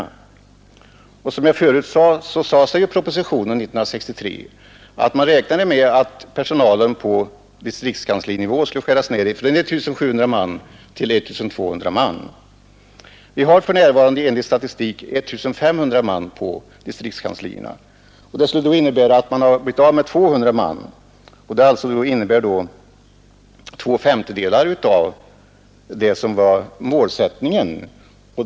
Som jag sade förut räknade man i propositionen 1963 med att personalen på distriktskanslinivå skulle skäras ner från 1700 till 1 200 anställda. Det finns för närvarande enligt statistiska uppgifter 1 500 anställda på distriktskanslierna, och det skulle alltså betyda en nedskärning med 200, dvs. med två femtedelar av vad som uppställts som mål.